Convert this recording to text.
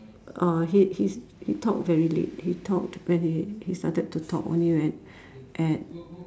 uh he he he talked very late he talked when he he started to talk only when at